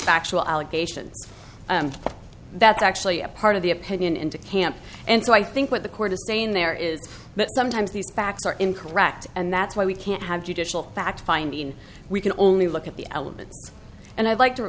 factual allegations that's actually a part of the opinion into camp and so i think what the court is saying there is that sometimes these facts are incorrect and that's why we can't have judicial fact finding we can only look at the elements and i'd like to